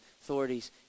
authorities